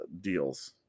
deals